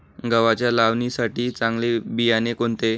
गव्हाच्या लावणीसाठी चांगले बियाणे कोणते?